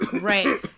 right